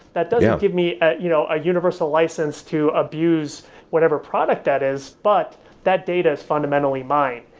that doesn't give me you know a universal license to abuse whatever product that is, but that data is fundamentally mine.